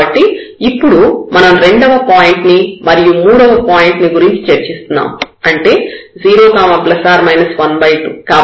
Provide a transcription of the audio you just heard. కాబట్టి ఇప్పుడు మనం రెండవ పాయింట్ ని మరియు మూడవ పాయింట్ ని గురించి చర్చిస్తున్నాము అంటే 0 ±12